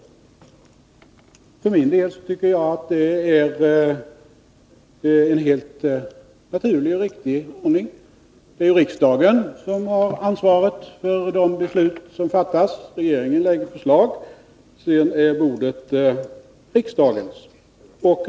För min del tycker jag att det är en helt naturlig och riktig ordning. Det är ju riksdagen som har ansvaret för de beslut som fattas. Regeringen lägger fram förslag; sedan är bordet riksdagens.